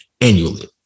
annually